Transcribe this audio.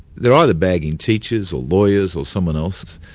they're either bagging teachers or lawyers or someone else.